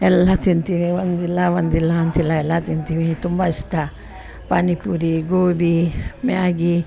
ಎಲ್ಲ ತಿಂತೀವಿ ಒಂದಿಲ್ಲ ಒಂದಿಲ್ಲ ಅಂತಿಲ್ಲ ಎಲ್ಲ ತಿಂತೀವಿ ತುಂಬ ಇಷ್ಟ ಪಾನಿಪುರಿ ಗೋಬಿ ಮ್ಯಾಗಿ